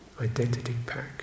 identity-pack